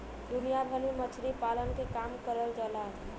दुनिया भर में मछरी पालन के काम करल जाला